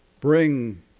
bring